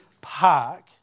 Park